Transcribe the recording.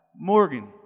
Morgan